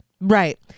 Right